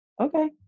Okay